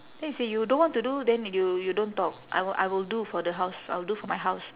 then she say you don't want to do then you you don't talk I will I will do for the house I will do for my house